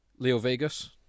LeoVegas